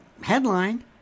headline